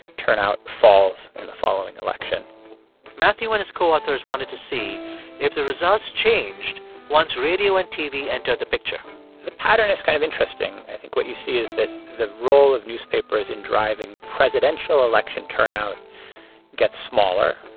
turnout falls in the following election matthew and his co-authors wanted to see if the results changed once radio and tv entered the picture the pattern is kind of interesting. i think what you see is that the role of newspapers in driving presidential election turnout gets smaller,